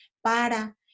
para